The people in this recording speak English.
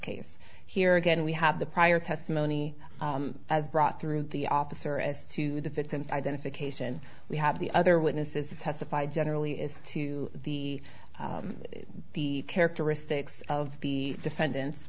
case here again we have the prior testimony as brought through the officer as to the victim's identification we have the other witnesses to testify generally is to the characteristics of the defendant's